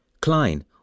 Klein